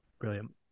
brilliant